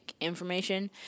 information